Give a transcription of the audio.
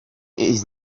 his